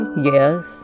Yes